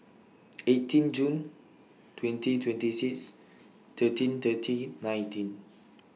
eighteen June twenty twenty six thirteen thirty nineteen